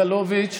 סגלוביץ'